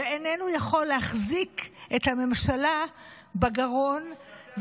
ואיננו יכול להחזיק את הממשלה בגרון,